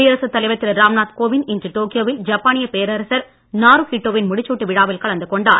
குடியரசுத் தலைவர் ராம்நாத் இன்று டோக்கியோவில் ஜப்பானிய பேரசர் நாருஹிட்டோ வின் முடிசூட்டு விழாவில் கலந்து கொண்டார்